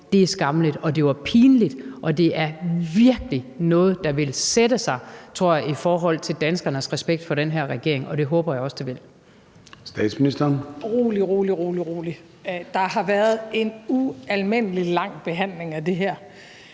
Det er skammeligt, og det var pinligt. Det er virkelig noget, der vil sætte sig, tror jeg, i forhold til danskernes respekt for den her regering – og det håber jeg også det vil. Kl. 13:42 Formanden (Søren Gade): Statsministeren.